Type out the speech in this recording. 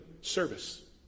Service